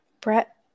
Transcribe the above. Brett